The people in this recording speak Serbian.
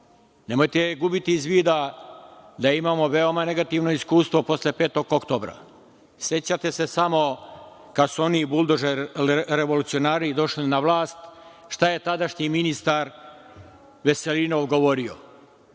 Nemojte gubiti iz vida da imamo veoma negativno iskustvo posle 5. oktobra. Sećate se samo kada su oni buldožer, revolucionari došli na vlast, šta je, tadašnji ministar Veselinov, govorio